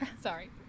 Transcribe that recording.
Sorry